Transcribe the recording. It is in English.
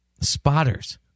spotters